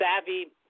savvy